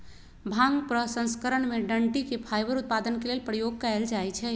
भांग प्रसंस्करण में डनटी के फाइबर उत्पादन के लेल प्रयोग कयल जाइ छइ